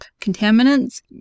contaminants